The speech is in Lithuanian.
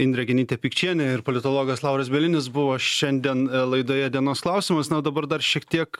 indrė genytė pikčienė ir politologas lauras bielinis buvo šiandien laidoje dienos klausimas na o dabar dar šiek tiek